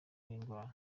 n’indwara